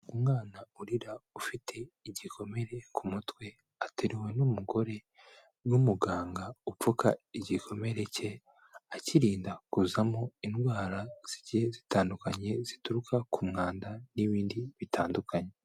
Umwana urira, ufite igikomere ku mutwe, ateruwe n'umugore n'umuganga upfuka igikomere cye akirinda kuzamo indwara zigiye zitandukanye zituruka ku mwanda n'ibindi bitandukanye.